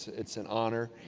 it's an honor,